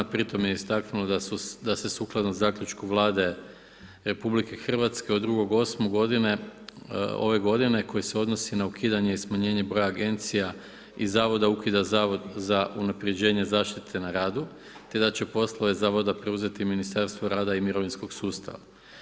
Pritom je istaknula da se sukladno zaključku Vlade Republike Hrvatske od 2. 8. ove godine koji se odnosi na ukidanje i smanjenje broja agencija i zavoda, ukida Zavod za unapređenje zaštite na radu te da će poslove Zavoda preuzeti Ministarstvo rada i mirovinskog sustava.